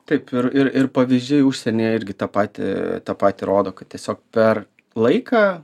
taip ir ir ir pavyzdžiai užsienyje irgi tą patį tą patį rodo kad tiesiog per laiką